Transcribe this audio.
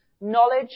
knowledge